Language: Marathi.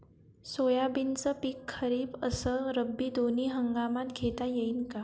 सोयाबीनचं पिक खरीप अस रब्बी दोनी हंगामात घेता येईन का?